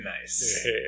Nice